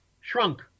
shrunk